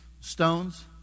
stones